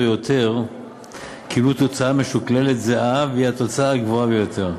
יותר קיבלו תוצאה משוקללת זהה והיא התוצאה הגבוהה ביותר,